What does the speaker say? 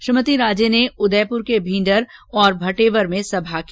श्रीमती राजे ने उदयपूर के भीण्डर तथा भटेवर में सभा की